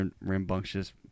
rambunctious